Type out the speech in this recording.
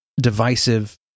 divisive